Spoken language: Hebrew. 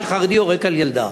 שחרדי יורק על ילדה.